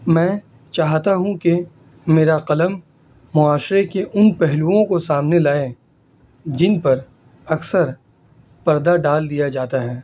میں چاہتا ہوں کہ میرا قلم معاشرے کے ان پہلوؤں کو سامنے لائے جن پر اکثر پردہ ڈال دیا جاتا ہے